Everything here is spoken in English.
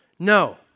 No